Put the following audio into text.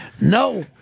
No